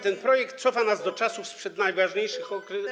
Ten projekt cofa nas do czasów sprzed najważniejszych odkryć.